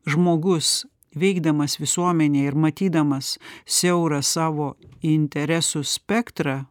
žmogus veikdamas visuomenėj ir matydamas siaurą savo interesų spektrą